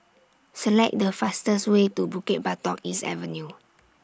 Select The fastest Way to Bukit Batok East Avenue